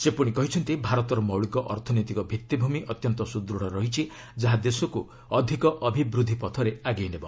ସେ ପୁଣି କହିଛନ୍ତି ଭାରତର ମୌଳିକ ଅର୍ଥନୈତିକ ଭିଭି଼ମି ଅତ୍ୟନ୍ତ ସୁଦୃତ୍ ରହିଛି ଯାହା ଦେଶକୁ ଅଧିକ ଅଭିବୃଦ୍ଧି ପଥରେ ଆଗେଇ ନେବ